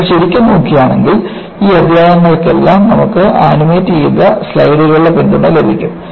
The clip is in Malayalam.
നമ്മൾ ശരിക്കും നോക്കുകയാണെങ്കിൽ ഈ അധ്യായങ്ങൾക്കെല്ലാം നമുക്ക് ആനിമേറ്റുചെയ്ത സ്ലൈഡുകളുടെ പിന്തുണ ലഭിക്കും